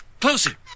Closer